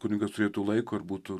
kunigas turėtų laiko ir būtų